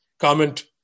comment